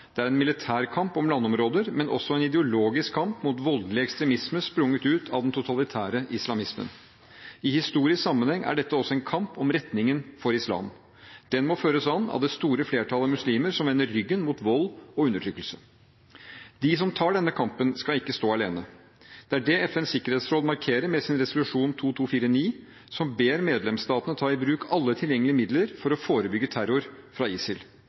det er en militær kamp om landområder, men også en ideologisk kamp mot voldelig ekstremisme sprunget ut av den totalitære islamismen. I historisk sammenheng er dette også en kamp om retningen for islam. Den må føres an av det store flertallet muslimer som vender ryggen mot vold og undertrykkelse. De som tar denne kampen, skal ikke stå alene. Det er det FNs sikkerhetsråd markerer med sin resolusjon 2249, som ber medlemsstatene ta i bruk alle tilgjengelige midler for å forebygge terror fra ISIL.